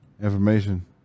information